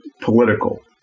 political